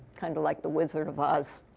kind of like the wizard of oz.